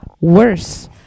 worse